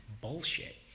bullshit